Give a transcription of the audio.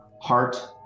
Heart